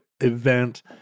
event